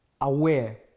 aware